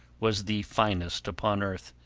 was the finest upon earth.